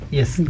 Yes